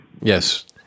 Yes